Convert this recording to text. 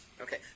Okay